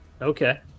Okay